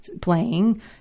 playing